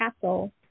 castle